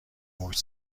موج